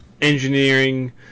engineering